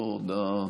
זו הודעה